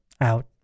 Out